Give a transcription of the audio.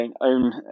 own